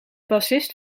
bassist